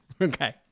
okay